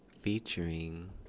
Featuring